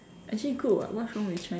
actually good [what] what's wrong with Chinese